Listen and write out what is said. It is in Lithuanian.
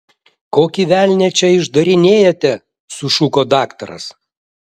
kokį velnią čia išdarinėjate sušuko daktaras